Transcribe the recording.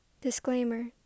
Disclaimer